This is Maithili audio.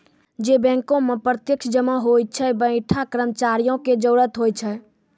जै बैंको मे प्रत्यक्ष जमा होय छै वैंठा कर्मचारियो के जरुरत होय छै